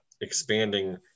expanding